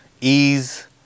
ease